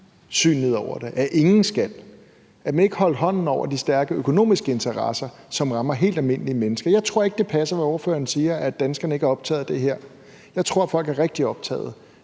skal lænse danskerne, at man ikke holdt hånden over de stærke økonomiske interesser, som rammer helt almindelige mennesker. Jeg tror ikke, det passer, hvad ordføreren siger, nemlig at danskerne ikke er optaget af det her. Jeg tror, folk er rigtig optaget